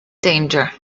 danger